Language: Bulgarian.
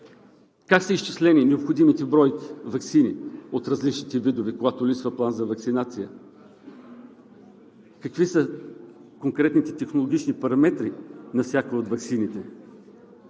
как са изчислени необходимите бройки ваксини от различните видове, когато липсва План за ваксинация; какви са конкретните технологични параметри на всяка от ваксините?